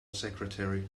secretary